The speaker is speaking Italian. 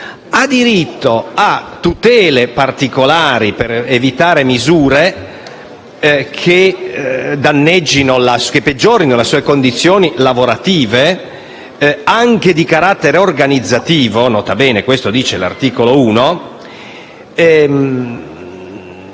ha diritto a tutele particolari per evitare misure che peggiorino le sue condizioni lavorative, anche di carattere organizzativo. Questo è quanto stabilito dall'articolo 1